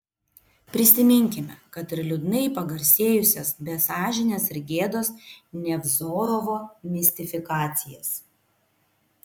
prisiminkime kad ir liūdnai pagarsėjusias be sąžinės ir gėdos nevzorovo mistifikacijas